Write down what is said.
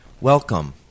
Welcome